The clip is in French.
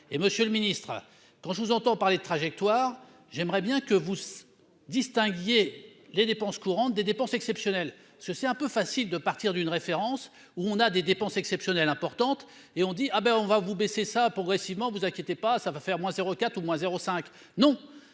Monsieur le Ministre, quand je vous entends parler de trajectoire, j'aimerais bien que vous se distinguer les dépenses courantes, des dépenses exceptionnelles ce c'est un peu facile de partir d'une référence où on a des dépenses exceptionnelles importantes et on dit : ah ben on va vous baisser ça progressivement vous inquiétez pas, ça va faire moins 04 ou moins 0 5 non,